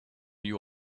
you